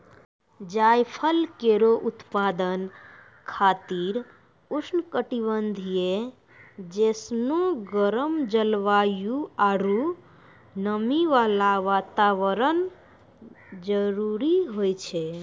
जायफल केरो उत्पादन खातिर उष्ण कटिबंधीय जैसनो गरम जलवायु आरु नमी वाला वातावरण जरूरी होय छै